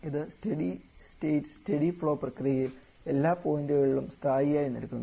അത് study state study flow പ്രക്രിയയിൽ എല്ലാ പോയിന്റുകളിലും സ്ഥായിയായി നിൽക്കുന്നു